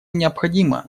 необходима